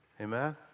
Amen